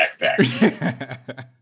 backpack